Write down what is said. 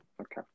okay